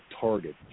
target